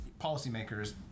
policymakers